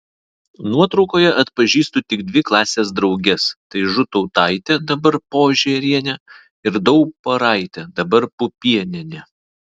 nuotraukoje atpažįstu tik dvi klasės drauges tai žūtautaitė dabar požėrienė ir dauparaitė dabar pupienienė